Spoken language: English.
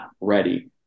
ready